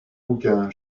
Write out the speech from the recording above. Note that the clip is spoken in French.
bouquin